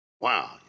Wow